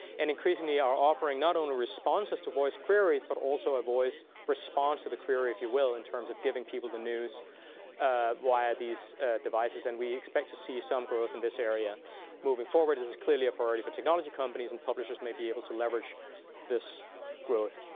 and increasingly are offering not only responses to voice queries, but also a voice response to the query, if you will, in terms of giving people the news via these devices. and we expect to see some growth in this area moving forward. this is clearly a priority for technology companies. and publishers may be able to leverage this growth.